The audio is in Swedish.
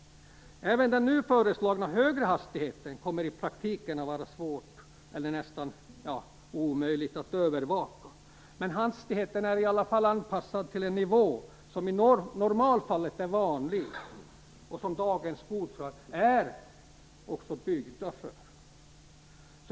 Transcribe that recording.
Även den nu föreslagna högre hastigheten kommer i praktiken att vara svår, ja, nästan omöjlig att övervaka. Men hastigheten är i alla fall anpassad till en nivå som i normalfallet är vanlig och som dagens skotrar också är byggda för.